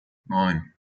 neun